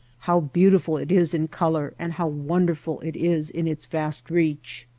how beautiful it is in color and how won derful it is in its vast reach!